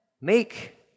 Make